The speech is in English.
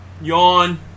Yawn